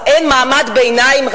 אז אין מעמד ביניים,